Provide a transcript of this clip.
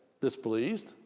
displeased